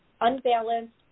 unbalanced